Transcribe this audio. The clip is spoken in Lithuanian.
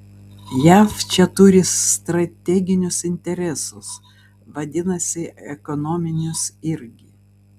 jav čia turi strateginius interesus vadinasi ekonominius irgi